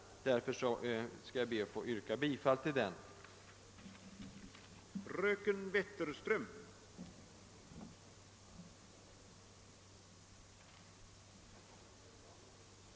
Jag ber att få yrka bifall till denna reservation.